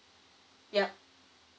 yup